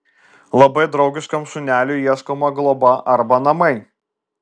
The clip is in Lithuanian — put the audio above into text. labai draugiškam šuneliui ieškoma globa arba namai